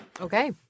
Okay